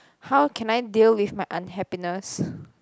how can I deal with my unhappiness